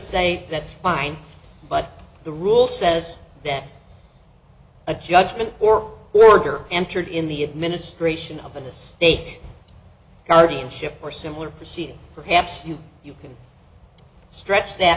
say that's fine but the rule says that a judgment or order entered in the administration up in the state guardianship or similar proceeding perhaps you can stretch that